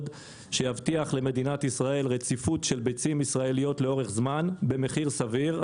שיבטיח למדינת ישראל רציפות של ביצים ישראליות לאורך זמן במחיר סביר.